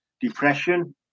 depression